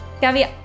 gabby